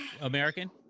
american